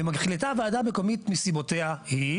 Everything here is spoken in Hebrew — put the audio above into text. ומחליטה הוועדה המקומית מסיבותיה היא,